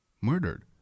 murdered